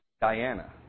Diana